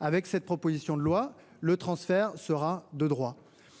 Avec cette proposition de loi le transfert sera de droit.